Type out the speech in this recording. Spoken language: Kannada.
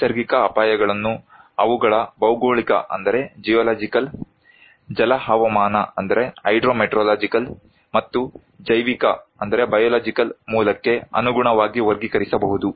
ನೈಸರ್ಗಿಕ ಅಪಾಯಗಳನ್ನು ಅವುಗಳ ಭೌಗೋಳಿಕ ಜಲ ಹವಾಮಾನ ಮತ್ತು ಜೈವಿಕ ಮೂಲಕ್ಕೆ ಅನುಗುಣವಾಗಿ ವರ್ಗೀಕರಿಸಬಹುದು